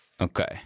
Okay